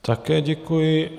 Také děkuji.